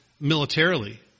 militarily